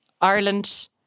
Ireland